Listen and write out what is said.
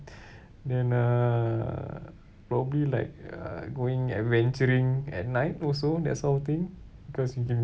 then uh probably like uh going adventuring at night also that sort of thing because you can